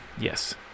Yes